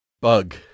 Bug